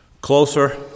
closer